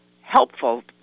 helpful